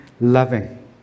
loving